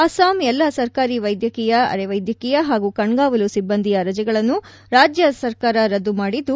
ಅಸ್ಸಾಂ ಎಲ್ಲಾ ಸರ್ಕಾರಿ ವ್ಯದ್ಯಕೀಯ ಅರೆ ವೈದ್ಯಕೀಯ ಹಾಗೂ ಕಣ್ಗಾವಲು ಸಿಬ್ಬಂದಿಯ ಎಲ್ಲಾ ರಜೆಗಳನ್ನು ರಾಜ್ಯ ಸರ್ಕಾರ ರದ್ದು ಮಾಡಿದ್ದು